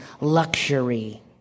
luxury